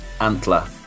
Antler